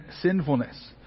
sinfulness